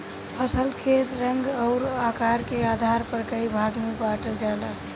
फसल के रंग अउर आकार के आधार पर कई भाग में बांटल जाला